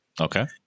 Okay